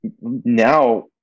Now